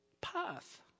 path